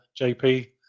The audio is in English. JP